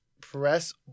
press